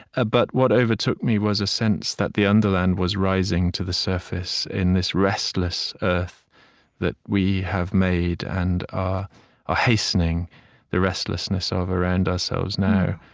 ah but what overtook me was a sense that the underland was rising to the surface in this restless earth that we have made and are hastening the restlessness of, around ourselves now.